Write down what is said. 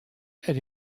elle